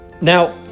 Now